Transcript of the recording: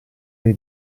dei